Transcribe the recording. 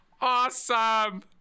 Awesome